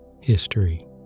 History